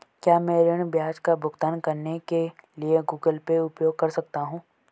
क्या मैं ऋण ब्याज का भुगतान करने के लिए गूगल पे उपयोग कर सकता हूं?